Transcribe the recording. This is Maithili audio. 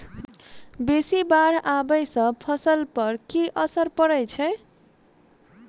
बेसी बाढ़ आबै सँ फसल पर की असर परै छै?